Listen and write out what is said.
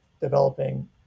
developing